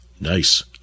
Nice